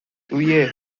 tuje